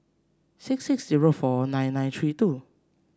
six six zero four nine nine three two